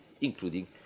including